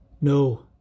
No